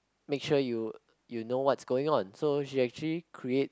make sure you you know what's going on so she actually creates